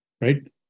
right